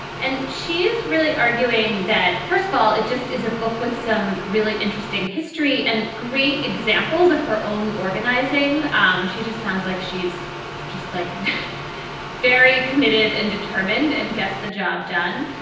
and she is really arguing that, first of all, it just is a book with some really interesting history and great examples of her own organizing. um she just sounds like she's just like very committed and determined and gets the job done.